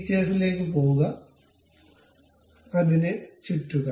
ഫീച്ചേഴ്സിലേക്ക് പോകുക അതിനെ ചുറ്റുക